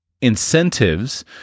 incentives